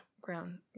Ground